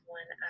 one